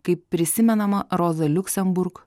kaip prisimenama roza liuksemburg